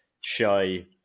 shy